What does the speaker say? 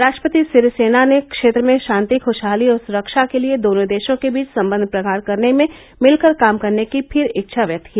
राष्ट्रपति सिरीसेना ने क्षेत्र में शांति खुशहाली और सुरक्षा के लिए दोनों देशों के बीच संबंध प्रगाढ़ करने में मिलकर काम करने की फिर इच्छा व्यक्त की